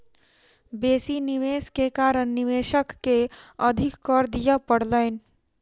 बेसी निवेश के कारण निवेशक के अधिक कर दिअ पड़लैन